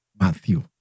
Matthew